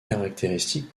caractéristique